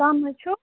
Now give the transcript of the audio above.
کٕم حظ چھِو